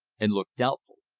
and looked doubtful.